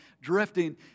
drifting